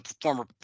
former